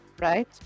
right